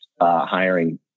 hiring